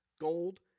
gold